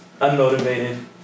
unmotivated